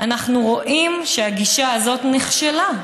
אנחנו רואים שהגישה הזאת נכשלה.